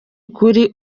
ukuri